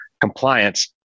compliance